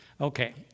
Okay